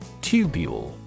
Tubule